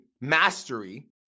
mastery